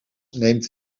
neemt